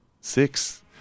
six